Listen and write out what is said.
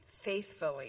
faithfully